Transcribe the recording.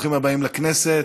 ברוכים הבאים לכנסת,